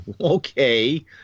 Okay